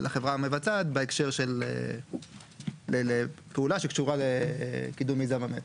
לחברה המבצעת לפעולה שקשורה לקידום מיזם המטרו.